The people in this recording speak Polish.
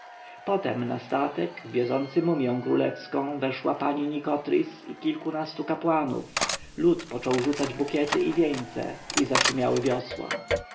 potem na statek wiozący mumję królewską weszła pani nikotris i kilkunastu kapłanów lud począł rzucać bukiety i wieńce i zaszumiały wiosła